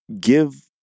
give